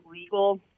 legal